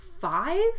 five